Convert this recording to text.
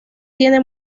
tiene